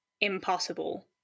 impossible